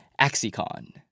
AxiCon